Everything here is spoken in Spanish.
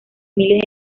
miles